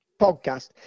podcast